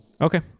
okay